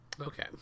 Okay